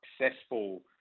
successful